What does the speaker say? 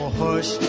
hush